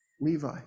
Levi